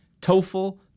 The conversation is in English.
TOEFL